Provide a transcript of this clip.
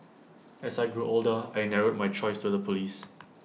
as I grew older I narrowed my choice to the Police